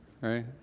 Right